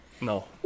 No